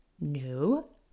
no